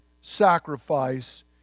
sacrifice